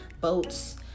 boats